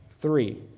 three